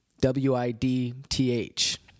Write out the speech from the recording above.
W-I-D-T-H